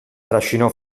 trascinò